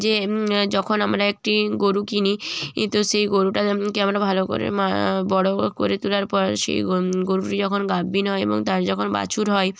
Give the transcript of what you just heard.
যে যখন আমরা একটি গরু কিনি ই তো সেই গরুটা কে আমরা ভালো মা বড়ো করে তোলার পর সেই গরুটি যখন গাভীন হয় এবং তার যখন বাছুর হয়